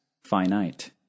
Finite